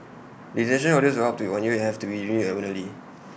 desertion orders are up to A New Year and have to be reviewed annually